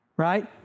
right